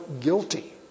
guilty